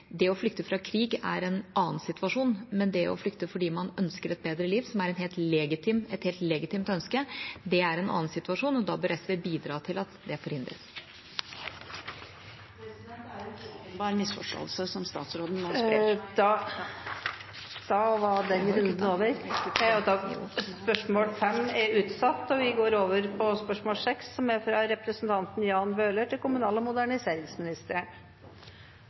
Det å flykte fra krig er én situasjon, men det å flykte fordi man ønsker et bedre liv – som er et helt legitimt ønske – er en annen situasjon, og da bør SV bidra til at det forhindres. Dette spørsmålet er utsatt til neste spørretime, da statsråden er bortreist. Jeg vil gjerne spørre kommunal- og moderniseringsministeren om følgende: «I Groruddalen og Oslo øst ser vi en økende tendens til at utleieselskaper og spekulanter kjøper opp eneboliger og omgjør dem til